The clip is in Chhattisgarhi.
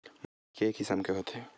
माटी के किसम के होथे?